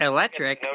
Electric